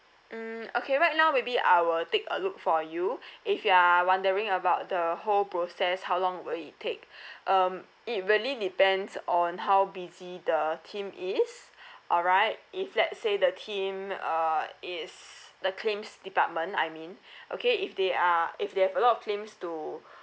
mm okay right now maybe I will take a look for you if you are wandering about the whole process how long will it take um it really depends on how busy the team is alright if let say the team uh is the claims department I mean okay if they are if they have a lot of claims to